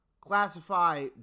classify